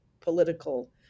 political